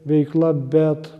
veikla bet